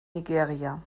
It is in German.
nigeria